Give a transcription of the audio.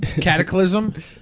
cataclysm